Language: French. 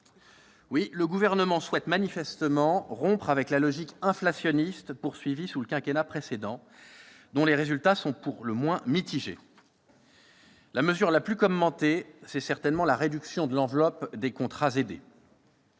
Oui, le Gouvernement souhaite manifestement rompre avec la logique inflationniste poursuivie sous le quinquennat précédent, dont les résultats sont pour le moins mitigés. La mesure la plus commentée est certainement la réduction de l'enveloppe des emplois aidés.